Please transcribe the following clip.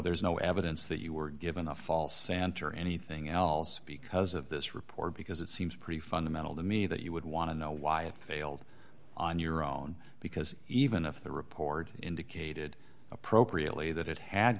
there's no evidence that you were given a false santer or anything else because of this report because it seems pretty fundamental to me that you would want to know why it failed on your own because even if the report indicated appropriately that it had